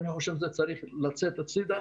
אבל אני חושב שזה צריך לשים את זה בצד.